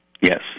Yes